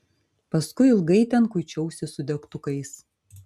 paskui ilgai ten kuičiausi su degtukais